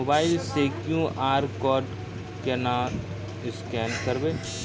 Mobile से QR code केना scan करबै?